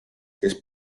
kes